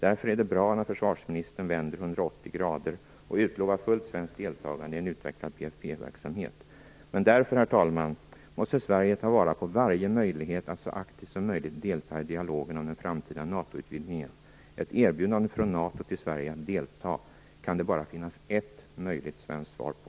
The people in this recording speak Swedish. Därför är det bra när försvarsministern vänder 180 grader och utlovar fullt svenskt deltagande i en utvecklad PFF-verksamhet. Men därför, herr talman, måste Sverige ta vara på varje möjlighet att så aktivt som möjligt delta i dialogen om den framtida NATO-utvidgningen. Ett erbjudande från NATO till Sverige att delta kan det bara finnas ett möjligt svenskt svar på.